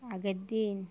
আগের দিন